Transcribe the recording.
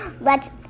lets